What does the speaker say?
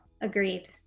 Agreed